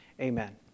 amen